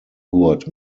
gurt